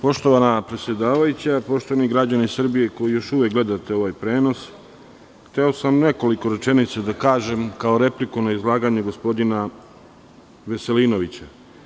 Poštovana predsedavajuća, poštovani građani Srbije, koji još uvek gledate ovaj prenos, hteo nekoliko rečenica kažem, kao repliku na izlaganje gospodina Veselinovića.